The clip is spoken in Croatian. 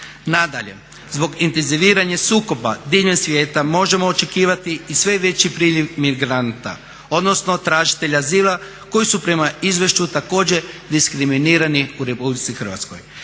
Nadalje, zbog intenziviranja sukoba diljem svijeta možemo očekivati i sve veći priljev emigranata, odnosno tražitelje azila koji su prema izvješću također diskriminirani u Republici Hrvatskoj.